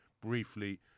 briefly